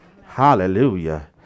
Hallelujah